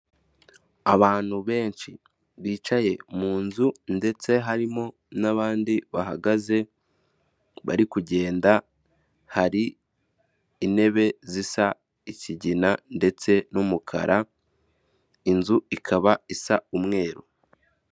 Abantu benshi bicaye mu nzu ndetse harimo n'abandi bahagaze bari kugenda, hari intebe zisa ikigina ndetse n'umukara, inzu ikaba isa umweru.